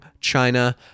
china